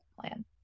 plan